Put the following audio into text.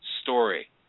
story